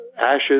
ashes